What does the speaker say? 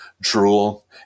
drool